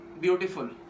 beautiful